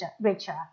richer